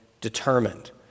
determined